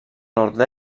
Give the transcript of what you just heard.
nord